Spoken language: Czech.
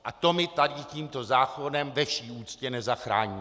A to my tady tímto zákonem ve vší úctě nezachráníme.